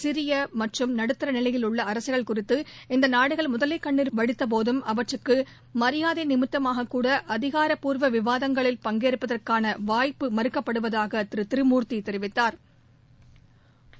சிறிய இற்றும் நடுத்தரநிலையில் உள்ளஅரசுகள் குறித்து இந்தநாடுகள் முதலைகண்ணீர் வடித்தபோதும் அவற்றுக்குமரியாதைநிமித்தமாகக்கூட அதிகாரப்பூர்வவிவாதங்களில் பங்கேற்பதற்கானவாய்ப்பு மறுக்கப்படுவதாகதிருதிருமூர்த்திதெரிவித்தாா்